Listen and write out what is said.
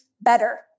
better